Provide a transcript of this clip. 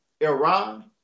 Iran